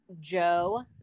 Joe